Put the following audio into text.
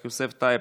יוסף טייב,